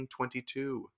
1922